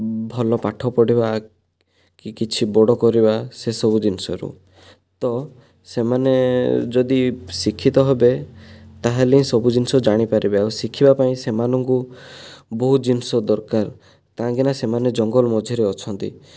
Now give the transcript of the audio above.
ଭଲ ପାଠ ପଢ଼ିବା କି କିଛି ବଡ଼ କରିବା ସେସବୁ ଜିନିଷରୁ ତ ସେମାନେ ଯଦି ଶିକ୍ଷିତ ହେବେ ତାହେଲେ ସବୁ ଜିନିଷ ଜାଣିପାରିବେ ଆଉ ଶିଖିବା ପାଇଁ ସେମାନଙ୍କୁ ବହୁ ଜିନିଷ ଦରକାର କାହିଁକି ନା ସେମାନେ ଜଙ୍ଗଲ ମଝିରେ ଅଛନ୍ତି